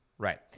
right